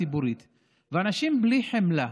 ואנשים בלי חמלה,